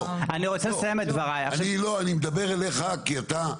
אני מדבר אליך כי אתה,